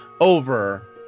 over